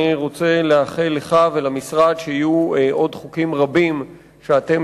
אני רוצה לאחל לך ולמשרד שיהיו עוד חוקים רבים שאתם